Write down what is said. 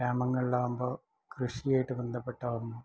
ഗ്രാമങ്ങളാവുമ്പോൾ കൃഷിയായിട്ട് ബന്ധപ്പെട്ടാകും